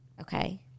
Okay